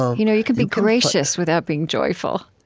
you know you can be gracious without being joyful